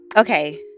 okay